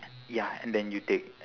ya and then you take